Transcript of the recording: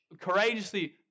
courageously